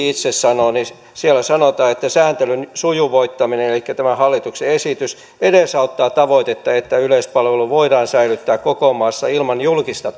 itse sanoo siellä sanotaan että sääntelyn sujuvoittaminen elikkä tämä hallituksen esitys edesauttaa tavoitetta että yleispalvelu voidaan säilyttää koko maassa ilman julkista